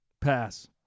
Pass